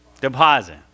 deposit